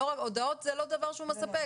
הודעות זה לא דבר מספק.